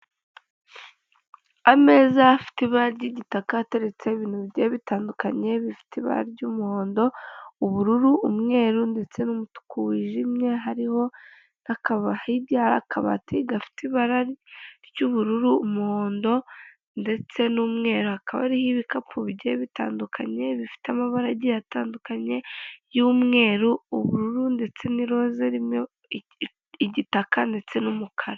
Ameza afite ibara ry'igitaka ateretse ibintu bi bye bitandukanye bifite ibara ry'umuhondo, ubururu, umweru ndetse wijimye hariho akaba hirya hari akabati gafite ibara ry'ubururu, umuhondo ndetse n'umweru akaba ariho ibikapu bijyiye bitandukanye bifite amabarage atandukanye y'umweru, ubururu ndetse n'iroza rimwe igitaka ndetse n'umukara.